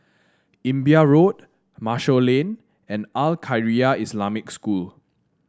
Imbiah Road Marshall Lane and Al Khairiah Islamic School